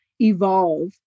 evolve